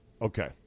Okay